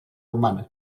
humana